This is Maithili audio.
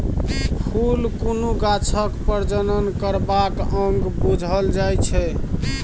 फुल कुनु गाछक प्रजनन करबाक अंग बुझल जाइ छै